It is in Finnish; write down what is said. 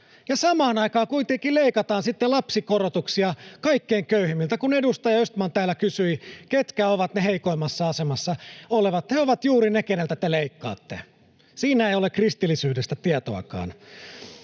Samaan aikaan kuitenkin leikataan lapsikorotuksia kaikkein köyhimmiltä. Kun edustaja Östman täällä kysyi, ketkä ovat ne heikoimmassa asemassa olevat, he ovat juuri ne, joilta te leikkaatte. Siinä ei ole kristillisyydestä tietoakaan.